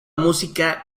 música